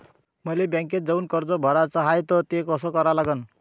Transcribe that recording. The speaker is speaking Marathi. मले बँकेत जाऊन कर्ज भराच हाय त ते कस करा लागन?